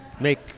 make